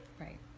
Right